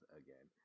again